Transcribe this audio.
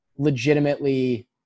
legitimately